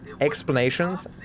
explanations